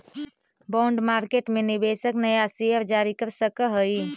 bond market में निवेशक नया शेयर जारी कर सकऽ हई